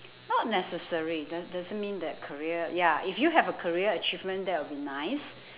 not necessary do~ doesn't mean that career ya if you have a career achievement that would be nice